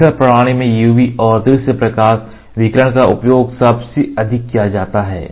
SL प्रणाली में UV और दृश्य प्रकाश विकिरण का उपयोग सबसे अधिक किया जाता है